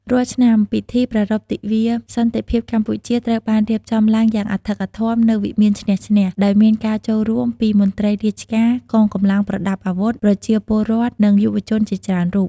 រាល់ឆ្នាំ ពិធីប្រារព្ធទិវាសន្តិភាពកម្ពុជា ត្រូវបានរៀបចំឡើងយ៉ាងអធិកអធម នៅវិមានឈ្នះ-ឈ្នះ ដោយមានការចូលរួមពីមន្ត្រីរាជការ កងកម្លាំងប្រដាប់អាវុធ ប្រជាពលរដ្ឋ និងយុវជនជាច្រើនរូប។